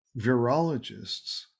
virologists